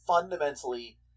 fundamentally